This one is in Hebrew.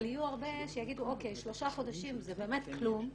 אבל יהיו הרבה שיגידו: שלושה חודשים זה באמת כלום.